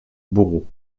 bourreaux